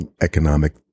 Economic